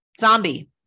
zombie